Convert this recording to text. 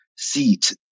seat